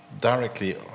directly